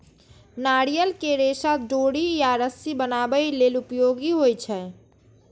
नारियल के रेशा डोरी या रस्सी बनाबै लेल उपयोगी होइ छै